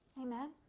Amen